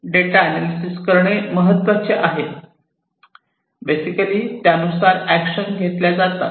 data analysis करणे महत्त्वाचे आहे बेसिकली त्यानुसार ऍक्शन घेतल्या जातात